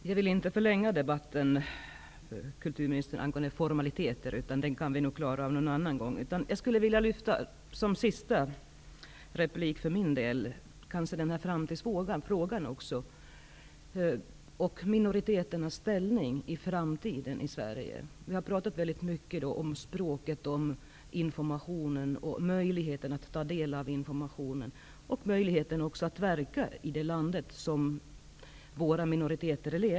Herr talman! Jag vill inte förlänga debatten angående formaliteter, kulturministern. Den kan vi nog klara av någon annan gång. Som sista replik för min del skulle jag vilja lyfta fram frågan om minoriteternas ställning i framtiden i Sverige. Vi har talat väldigt mycket om språket, informationen, möjligheten att ta del av informationen och möjligheten att verka i landet.